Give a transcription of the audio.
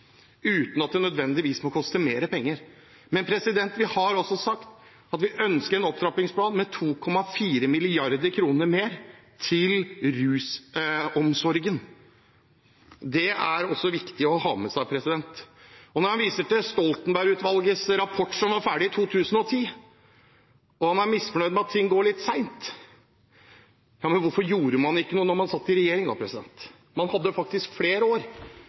uten at det nødvendigvis må koste mer penger? Vi har sagt at vi ønsker en opptrappingsplan med 2,4 mrd. kr mer til rusomsorgen, det er også viktig å ha med seg. Når man viser til Stoltenberg-utvalgets rapport, som var ferdig i 2010, og man er misfornøyd med at ting går litt sent: Hvorfor gjorde man ikke noe da man satt i regjering? Man hadde faktisk flere år